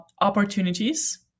opportunities